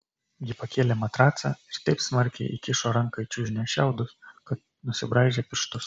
ji pakėlė matracą ir taip smarkiai įkišo ranką į čiužinio šiaudus kad nusibraižė pirštus